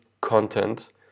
content